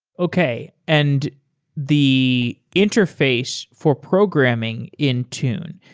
okay. and the interface for programming in tune,